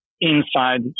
inside